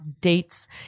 dates